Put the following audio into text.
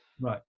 right